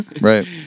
Right